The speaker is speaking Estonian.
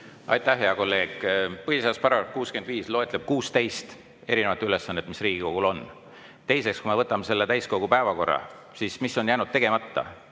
Aitäh, hea kolleeg! Põhiseaduse § 65 loetleb 16 erinevat ülesannet, mis Riigikogul on. Teiseks, kui me võtame selle täiskogu päevakorra, siis mis on jäänud tegemata?